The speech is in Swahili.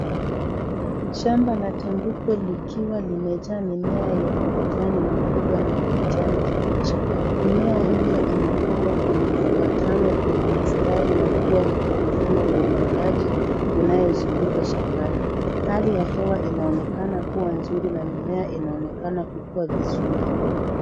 Shamba la tanguko likiwa limejaa mimea yenye majani makubwa na ya kijani kibichi, mimea hiyo imepandwa kwa mfuatano kwenye mistari na kuna mfumo wa umwagaji unaozunguka shambani, hali ya hewa inaonekana kuwa nzuni na mimea inaonekana kukuwa vizuri.